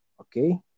Okay